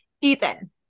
Ethan